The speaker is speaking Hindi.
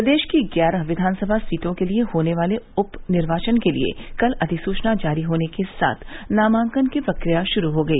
प्रदेश की ग्यारह विधानसभा सीटों के लिये होने वाले उप निर्वाचन के लिये कल अधिसूचना जारी होने के साथ नामांकन की प्रक्रिया शुरू हो गई